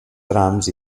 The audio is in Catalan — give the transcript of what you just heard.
trams